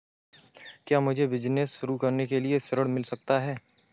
क्या मुझे बिजनेस शुरू करने के लिए ऋण मिल सकता है?